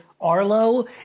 Arlo